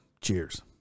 Cheers